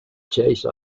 chase